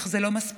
אך זה לא מספיק.